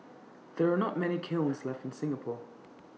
there are not many kilns left in Singapore